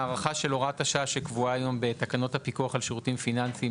הארכה של הוראת השעה שקבועה היום בתקנות הפיקוח על שירותים פיננסיים,